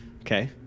Okay